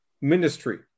ministry